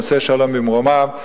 עושה שלום במרומיו,